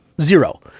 Zero